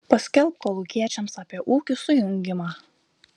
paskelbk kolūkiečiams apie ūkių sujungimą